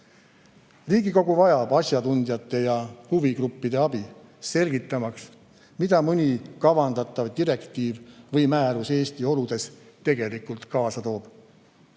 Riigikogu vajab asjatundjate ja huvigruppide abi, selgitamaks, mida mõni kavandatav direktiiv või määrus Eesti oludes tegelikult kaasa tooks.